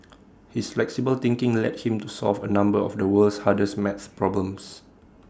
his flexible thinking led him to solve A number of the world's hardest math problems